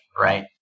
right